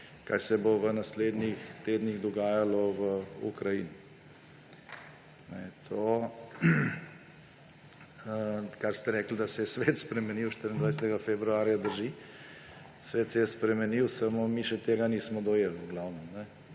kaj se bo v naslednjih tednih dogajalo v Ukrajini. To, kar ste rekli, da se je svet spremenil 24. februarja, drži. Svet se je spremenil, samo mi še tega nismo dojeli v glavnem.